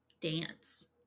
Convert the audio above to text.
dance